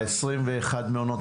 ב-21 מעונות,